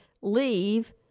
leave